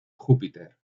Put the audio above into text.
júpiter